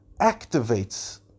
activates